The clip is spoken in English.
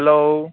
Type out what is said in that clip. hello